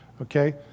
Okay